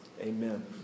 Amen